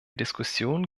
diskussionen